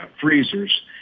freezers